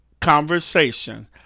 Conversation